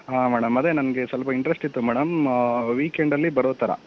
ಹಾಂ ಮೇಡಮ್ ಅದೇ ನನಗೆ ಸ್ವಲ್ಪ ಇಂಟ್ರೆಸ್ಟ್ ಇತ್ತು ಮೇಡಮ್ ವೀಕೆಂಡಲ್ಲಿ ಬರೋಥರ